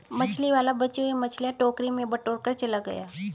मछली वाला बची हुई मछलियां टोकरी में बटोरकर चला गया